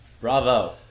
Bravo